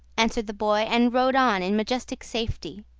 answered the boy, and rode on in majestic safety.